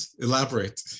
elaborate